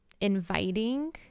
inviting